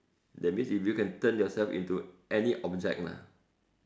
that means if you can turn yourself into any object lah